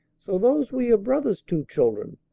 so those were your brother's two children!